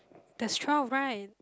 there's twelve right